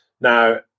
now